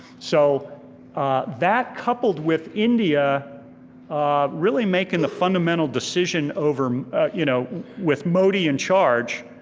so that coupled with india really making the fundamental decision over you know with modi in charge,